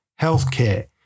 healthcare